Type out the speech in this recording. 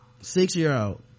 six-year-old